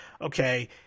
okay